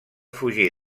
fugir